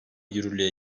yürürlüğe